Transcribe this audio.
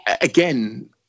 again